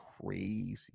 crazy